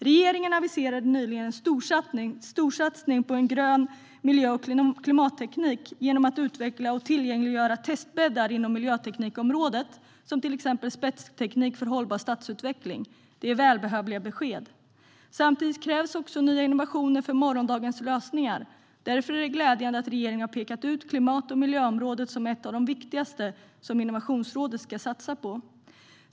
Regeringen aviserade nyligen en storsatsning på grön miljö och klimatteknik genom att utveckla och tillgängliggöra testbäddar inom miljöteknikområdet, till exempel spetsteknik för hållbar stadsutveckling. Det är välbehövliga besked. Samtidigt krävs också nya innovationer för morgondagens lösningar. Därför är det glädjande att regeringen har pekat ut klimat och miljöområdet som ett av de viktigaste som Innovationsrådet ska satsa på.